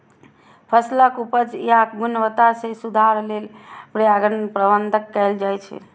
फसलक उपज या गुणवत्ता मे सुधार लेल परागण प्रबंधन कैल जाइ छै